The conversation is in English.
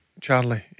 Charlie